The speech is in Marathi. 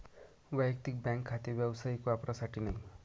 वैयक्तिक बँक खाते व्यावसायिक वापरासाठी नाही